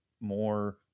more